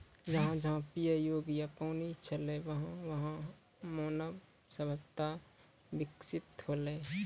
जहां जहां पियै योग्य पानी छलै वहां वहां मानव सभ्यता बिकसित हौलै